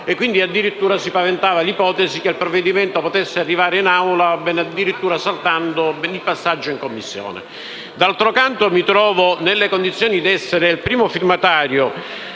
e addirittura si paventava l’ipotesi che il provvedimento stesso potesse arrivare in Aula saltando il passaggio in Commissione. D’altro canto, mi trovo nelle condizioni di essere il primo firmatario